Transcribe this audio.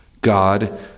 God